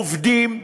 עובדים,